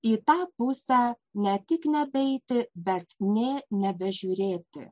į tą pusę ne tik nebeiti bet nė nebežiūrėti